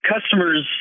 customers